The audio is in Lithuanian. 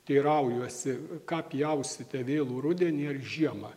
teiraujuosi ką pjausite vėlų rudenį ar žiemą